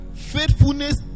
faithfulness